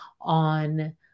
on